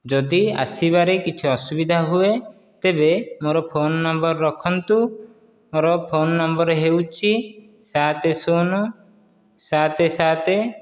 ଯଦି ଆସିବାରେ କିଛି ଅସୁବିଧା ହୁଏ ତେବେ ମୋର ଫୋନ ନମ୍ବର ରଖନ୍ତୁ ମୋର ଫୋନ ନମ୍ବର ହେଉଛି ସାତ ଶୂନ ସାତ ସାତ